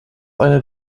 einer